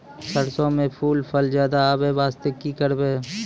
सरसों म फूल फल ज्यादा आबै बास्ते कि करबै?